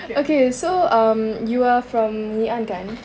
okay so um you are from ngee ann kan